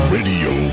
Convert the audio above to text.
Radio